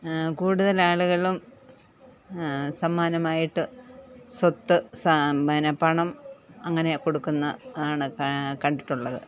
കൂടുതൽ ആളുകളും സമ്മാനമായിട്ട് സ്വത്ത് പിന്നെ പണം അങ്ങനെ കൊടുക്കുന്നതാണ് കണ്ടിട്ടുള്ളത്